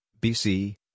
BC